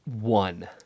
one